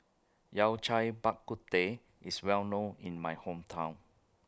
Yao Cai Bak Kut Teh IS Well known in My Hometown